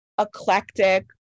eclectic